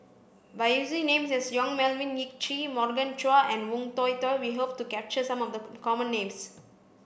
by using names such as Yong Melvin Yik Chye Morgan Chua and Woon Tai Ho we hope to capture some of the common names